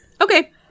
Okay